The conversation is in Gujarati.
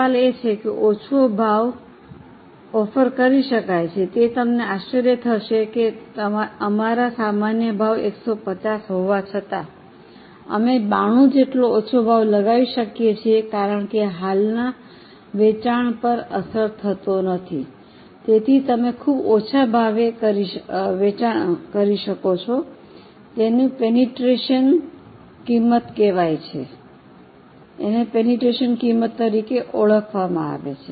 સવાલ એ છે કે ઓછો ભાવ ઓફર કરી શકાય છે તે તમને આશ્ચર્ય થશે કે અમારા સામાન્ય ભાવ 150 હોવા છતાં અમે 92 જેટલો ઓછો ભાવ લગાવી શકીએ છીએ કારણ કે હાલના વેચાણ પર અસર થતો નથી તેથી તમે ખૂબ ઓછા ભાવે વેચાણ કરી શકો છો તેને પેનિટ્રેશન કિંમત તરીકે ઓળખવામાં આવે છે